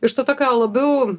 iš to tokio labiau